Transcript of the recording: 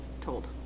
told